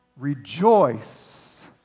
Rejoice